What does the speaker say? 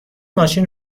ماشین